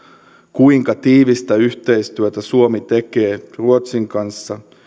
kuinka tiivistä yhteistyötä suomi tekee ruotsin kanssa